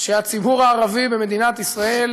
שהציבור הערבי במדינת ישראל